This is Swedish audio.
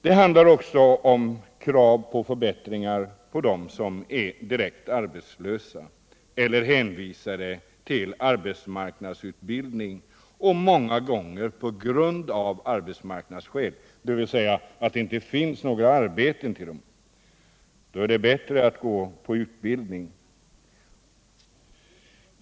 Det rör sig även om krav på förbättringar för dem som är direkt arbetslösa eller som är hänvisade till arbetsmarknadsutbildning av arbetsmarknadsskäl, dvs. därför att det inte finns något arbete för dem.